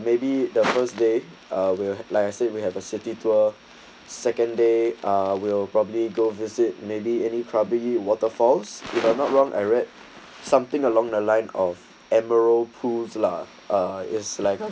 maybe the first day we're like I say we have a city to a second they will probably go visit maybe any prodigy waterfalls if I'm not wrong I read something along the line of emerald pools lah ah is like